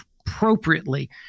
appropriately